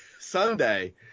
Sunday